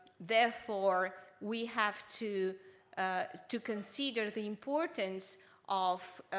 therefore, we have to ah to consider the importance of